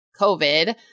COVID